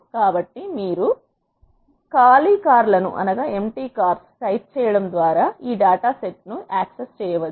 కాబట్టి మీరు ఖాళీ కార్లను టైప్ చేయడం ద్వారా ఈ డేటా సెట్ ను యాక్సెస్ చేయవచ్చు